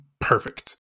Perfect